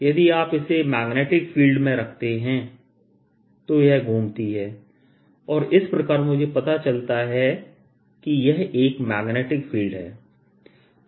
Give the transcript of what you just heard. इसलिए यदि आप इसे एक मैग्नेटिक फील्ड में रखते हैं तो यह घूमती है और इस प्रकार मुझे पता चलता है कि यह एक मैग्नेटिक फील्ड है